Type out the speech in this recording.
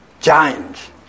Giants